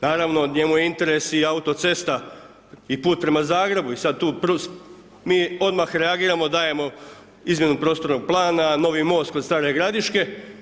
Naravno njemu je interes i autocesta i put prema Zagrebu i sada tu mi odmah reagiramo i dajemo izmjenu prostornog plana, novi most kod Stare Gradiške.